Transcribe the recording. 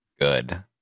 good